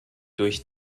durch